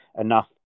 enough